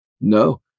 No